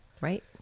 right